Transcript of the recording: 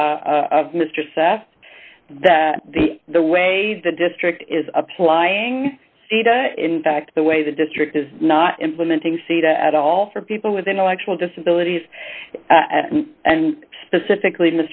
of mr saft that the the way the district is applying in fact the way the district is not implementing sita at all for people with intellectual disabilities and specifically